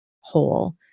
whole